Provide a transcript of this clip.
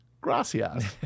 gracias